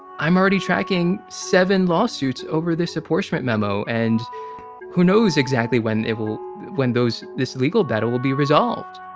i'm already tracking seven lawsuits over this apportionment memo and who knows exactly when it will when those this legal battle will be resolved